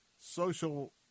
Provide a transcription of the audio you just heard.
social